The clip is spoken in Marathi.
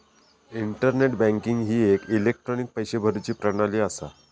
इंटरनेट बँकिंग ही एक इलेक्ट्रॉनिक पैशे भरुची प्रणाली असा